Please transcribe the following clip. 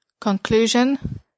Conclusion